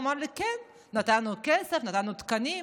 הוא אמר לי: כן, נתנו כסף, נתנו תקנים.